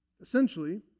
Essentially